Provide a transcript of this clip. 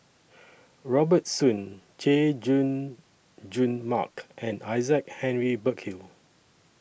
Robert Soon Chay Jung Jun Mark and Isaac Henry Burkill